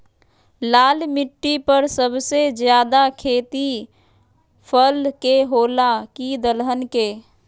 लाल मिट्टी पर सबसे ज्यादा खेती फल के होला की दलहन के?